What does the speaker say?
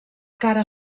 cara